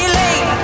late